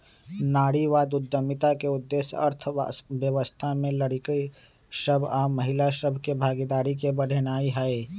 नारीवाद उद्यमिता के उद्देश्य अर्थव्यवस्था में लइरकि सभ आऽ महिला सभ के भागीदारी के बढ़ेनाइ हइ